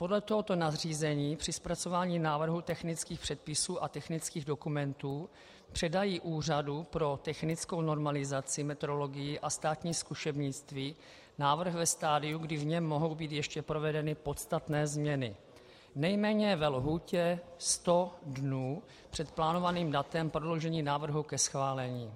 Podle tohoto nařízení při zpracování návrhu technických předpisů a technických dokumentů předají Úřadu pro technickou normalizaci, metrologii a státní zkušebnictví návrh ve stadiu, kdy v něm mohou být ještě provedeny podstatné změny, nejméně ve lhůtě 100 dnů před plánovaným datem prodloužení návrhu ke schválení.